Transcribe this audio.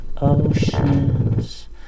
oceans